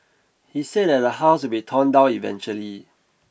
he said that the house will be torn down eventually